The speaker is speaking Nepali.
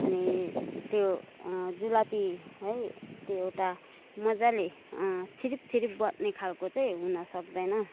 अनि त्यो जुलपी है त्यो एउटा मज्जाले छिरिप छिरिप बज्ने खालको चाहिँ हुन सक्दैन